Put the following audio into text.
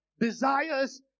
desires